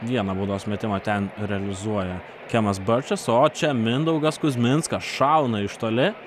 vieną baudos metimą ten realizuoja kemas birčas o čia mindaugas kuzminskas šauna iš toli